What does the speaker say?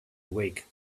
awake